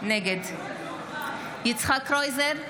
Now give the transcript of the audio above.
נגד יצחק קרויזר,